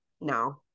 no